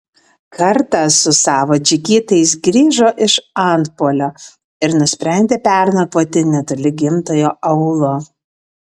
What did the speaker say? kartą su savo džigitais grįžo iš antpuolio ir nusprendė pernakvoti netoli gimtojo aūlo